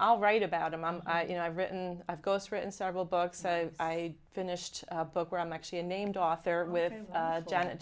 i'll write about a mom you know i've written i've ghost written several books i finished a book where i'm actually a named author with janet